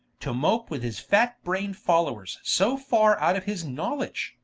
to mope with his fat-brain'd followers so farre out of his knowledge